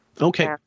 Okay